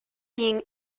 seeing